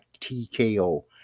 TKO